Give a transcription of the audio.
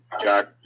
Jack